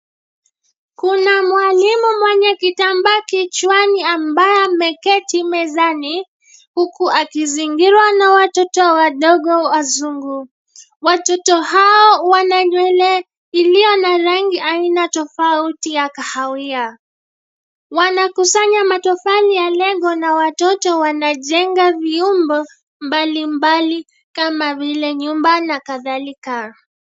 Kuna mwalimu mwenye kitambaa kichwani ambaye ameketi mezani, huku akizingirwa na watoto wadogo wazungu. Watoto hao wana nywele, iliyo na rangi aina tofauti ya kahawia. Wanakusanya matofali ya Lego na watoto wanajenga viumbo, mbalimbali, kama vile nyumba na kadhalika.